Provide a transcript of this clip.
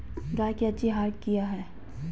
गाय के अच्छी आहार किया है?